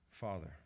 Father